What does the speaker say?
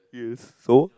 yes so